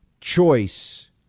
choice